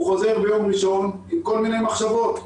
הוא חוזר ביום ראשון עם כל מיני מחשבות,